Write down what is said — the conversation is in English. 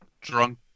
drunk